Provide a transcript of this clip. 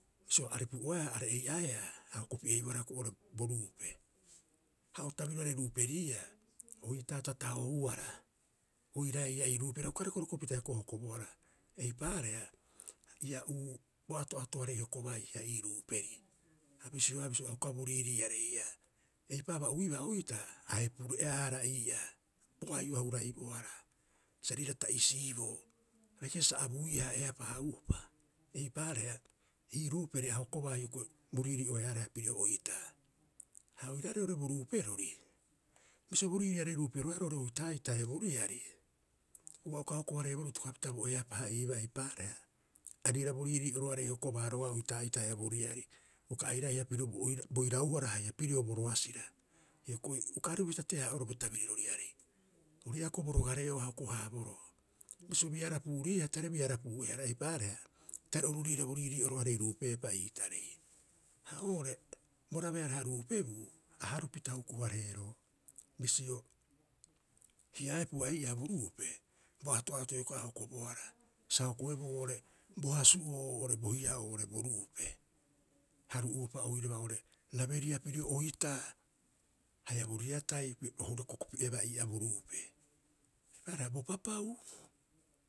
Bisio aipu'oeaa are'ei'aeaa, a hoko- pi'eibohara hioko'i oo'ore buruupe. Ha o tabirioarei ruuperiia oitaa ta tahohuara oiraae ii'aa ii ruuperi. A uka rekorekopita hioko'i hokobohara, eipaareha ia uu bo ato'atoarei hokobaa hita ii ruuperi a bisioea bisio a uka bo riiriiarea. Eipa'oo a ba'uibaa oitaa aae pure'aahara ii'aa. Bo ai'o a huraibohara, sa riira ta'isiibo, a bai kasibaa sa abu'i'aha eapaa'uropa. Eipaareha ii ruuperi ahokobaa hioko'i bo riirii'oeaareha piro oitaa. Ha oiraarei oo'ore bo ruuperori, bisio bo riiriiarei ruuperoeaa roo'ore oitaa'ita haia oriari ua uka hoko- hareeboroo itokopapita bo eapaa iibaa, eipaareha, a riira bo riirii'oroarei hokobaa roga'a oitaa'ita haia bo riari, uka airaiha pirio bo bo irauhara haia pirio bo roasira, hioko'i uka aripupita teahaa'oeroo bo tabiriroriarei. Ori ii'aa hioko'i bo rogaree'o a hokohaaboroo. Bisio biarapiriia tare biarapiuiihara, eipaareha tare oru riira' bo riirii'oroarei ruupeepa ii tarei. Ha oo'ore bo rabeareha ruupebuu, a harupita hukuhaareeroo. Bisio hiaepua ii'aa bo ruupe, bo ato'ato hioko'i a hokobohara sa hokoeboo oo'ore bo hasu'oo oo'ore bo hia'oo oo'ore bo ruupe haru'uopa oiraba oo'ore raberia pirio oitaa haia bo riatai piro oira hoko piebaa ii'aa bo ruupe. Eipaareha bo papau.